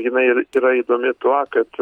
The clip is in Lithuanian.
jinai ir yra įdomi tuo kad